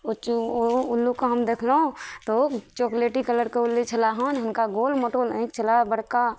ओ चु ओ उल्लूके हम देखलहुॅं तऽ ओ चॉकलेटी कलरके उल्ले छल हन हुनका गोल मोटो नहि छलए बड़का